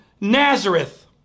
Nazareth